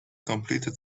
completed